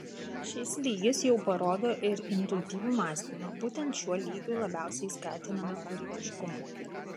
šis lygis jau parodo ir intuityvų mąstymą būtent šiuo lygiu labiausiai skatiname kūrybiškumą